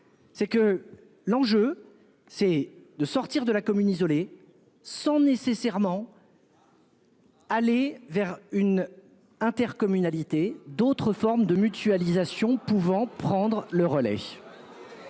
C'est que l'enjeu c'est de sortir de la commune isolée sans nécessairement. Aller vers une intercommunalité d'autres formes de mutualisation pouvant prendre le relais.